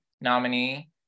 nominee